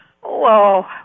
Whoa